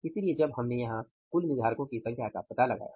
इसलिए जब हमने यहां कुल निर्धारको की संख्या का पता लगाया